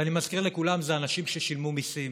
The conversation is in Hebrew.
ואני מזכיר לכולם, אלה אנשים ששילמו מיסים.